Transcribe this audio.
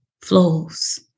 flows